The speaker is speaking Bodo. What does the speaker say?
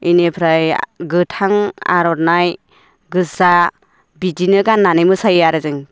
बिनिफ्राय गोथां आर'नाइ गोजा बिदिनो गाननानै मोसायो आरो जों